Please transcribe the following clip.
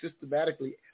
systematically